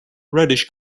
reddish